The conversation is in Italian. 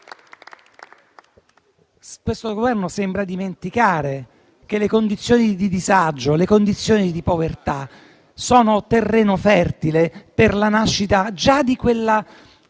Il Governo sembra dimenticare che le condizioni di disagio e di povertà sono terreno fertile per la nascita di quella